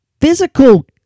physical